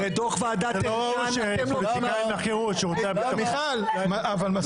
הרי דוח --- מיכל, אבל מספיק.